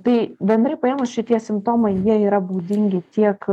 tai bendrai paėmus šitie simptomai jie yra būdingi tiek